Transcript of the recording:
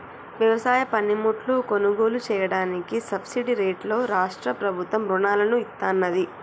వ్యవసాయ పనిముట్లు కొనుగోలు చెయ్యడానికి సబ్సిడీ రేట్లలో రాష్ట్ర ప్రభుత్వం రుణాలను ఇత్తన్నాది